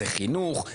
זה חינוך,